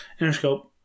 Interscope